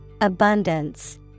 Abundance